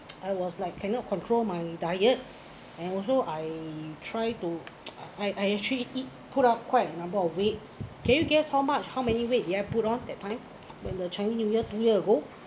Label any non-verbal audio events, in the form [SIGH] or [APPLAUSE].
I was like cannot control my diet and also I try to [NOISE] I I actually eat put up quite number of weight can you guess how much how many weight did I put on that time when the chinese new year two year ago